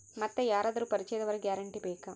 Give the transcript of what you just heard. ಮತ್ತೆ ಯಾರಾದರೂ ಪರಿಚಯದವರ ಗ್ಯಾರಂಟಿ ಬೇಕಾ?